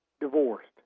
divorced